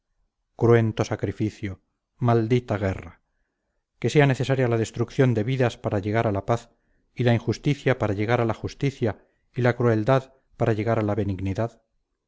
cruento sacrificio maldita guerra que sea necesaria la destrucción de vidas para llegar a la paz y la injusticia para llegar a la justicia y la crueldad para llegar a la benignidad